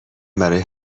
برای